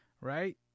right